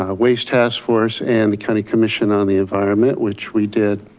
ah waste task force and the county commission on the environment, which we did.